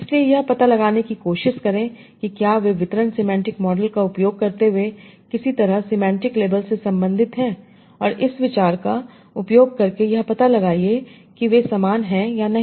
इसलिए यह पता लगाने की कोशिश करें कि क्या वे वितरण सिमेंटिक मॉडल का उपयोग करते हुए किसी तरह सिमेंटिक लेबल से संबंधित हैं और इस विचार का उपयोग करके यह पता लगाइए कि वे समान हैं या नहीं